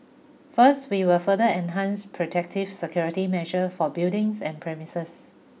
first we will further enhance protective security measure for buildings and premises